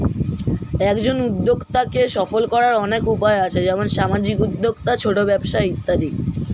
একজন উদ্যোক্তাকে সফল করার অনেক উপায় আছে, যেমন সামাজিক উদ্যোক্তা, ছোট ব্যবসা ইত্যাদি